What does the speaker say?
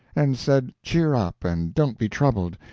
and said cheer up and don't be troubled,